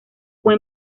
fue